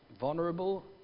vulnerable